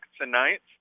tonight